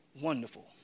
Wonderful